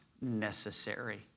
necessary